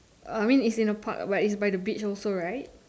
uh I mean is in a park but it's by the beach also right